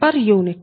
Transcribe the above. u